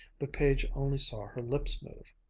but page only saw her lips move.